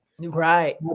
right